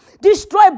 Destroy